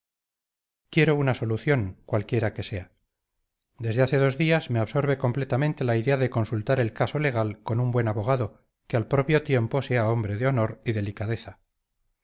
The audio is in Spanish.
quiero una solución cualquiera que sea desde hace dos días me absorbe completamente la idea de consultar el caso legal con un buen abogado que al propio tiempo sea hombre de honor y delicadeza